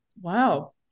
Wow